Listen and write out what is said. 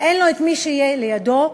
אין לו מי שיהיה לידו,